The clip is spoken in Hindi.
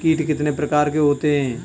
कीट कितने प्रकार के होते हैं?